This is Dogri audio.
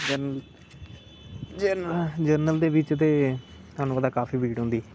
जरनल दे बिच ते थुहानू पता काफी भीड़ होंदी ऐ बहा